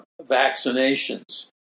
vaccinations